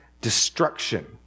destruction